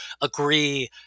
agree